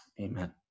Amen